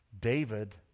David